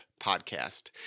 Podcast